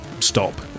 stop